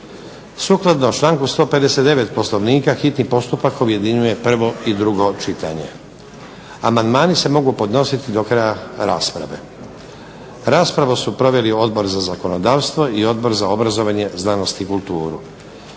Sukladno članku 159. Poslovnika hitni postupak objedinjuje prvo i drugo čitanje. Amandmani se mogu podnositi do kraja rasprave. Raspravu su proveli Odbor za zakonodavstvo i Odbor za obrazovanje, znanost i kulturu.